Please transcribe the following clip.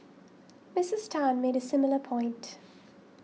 Misses Tan made a similar point